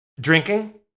Drinking